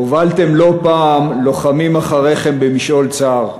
הובלתם לא פעם לוחמים אחריכם במשעול צר,